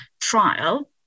trial